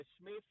Smith